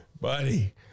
buddy